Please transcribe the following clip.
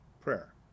prayer